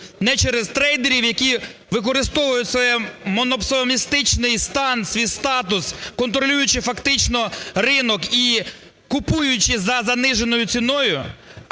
не через трейдерів, які використовують свій монополістичний стан, свій статус, контролюючи фактично ринок і купуючи за заниженою ціною,